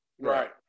Right